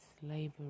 slavery